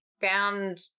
found